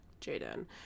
Jaden